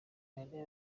nawe